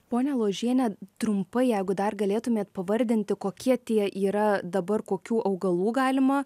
ponia ložiene trumpai jeigu dar galėtumėt pavardinti kokie tie yra dabar kokių augalų galima